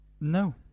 No